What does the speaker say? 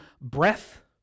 breath